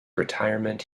retirement